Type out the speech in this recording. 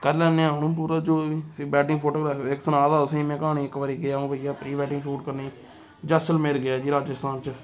करी लैन्ने आं हून पूरा जो बी वैडिंग फोटोग्राफी इक सनाऽ तुसेंगी में क्हानी इक बारी गेआ अ'ऊं भईया प्री वैडिंग शूट करने गी जैसलमेर गेआ जी राजस्थान च